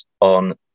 on